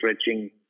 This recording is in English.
stretching